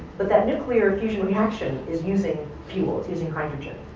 but that nuclear fusion reaction is using fuel. it's using hydrogen.